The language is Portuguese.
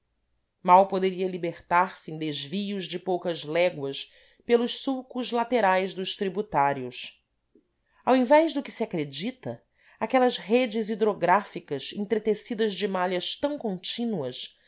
mal poderia libertar-se em desvios de poucas léguas pelos sulcos laterais dos tributários ao invés do que se acredita aquelas redes hidrográficas entretecidas de malhas tão contínuas